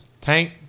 Tank